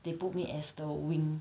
they put me as the wing